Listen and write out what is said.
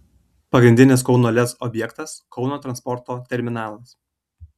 pagrindinis kauno lez objektas kauno transporto terminalas